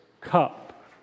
cup